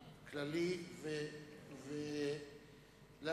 הכללי, רבותי.